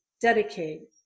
dedicate